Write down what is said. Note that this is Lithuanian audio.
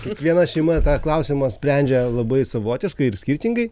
kiekviena šeima tą klausimą sprendžia labai savotiškai skirtingai